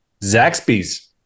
Zaxby's